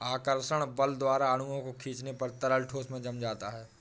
आकर्षक बल द्वारा अणुओं को खीचने पर तरल ठोस में जम जाता है